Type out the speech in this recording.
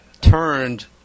turned